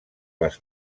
les